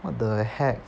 what the heck